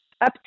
up